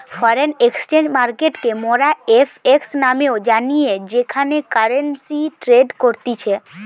foreign exchange মার্কেটকে মোরা FX নামেও জানি যেখানে কারেন্সি ট্রেড করতিছে